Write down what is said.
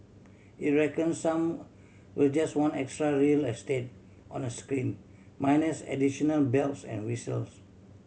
it reckon some will just want extra real estate on a screen minus additional bells and whistles